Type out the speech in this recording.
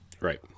Right